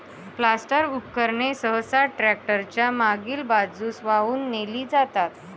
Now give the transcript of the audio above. planter उपकरणे सहसा tractor च्या मागील बाजूस वाहून नेली जातात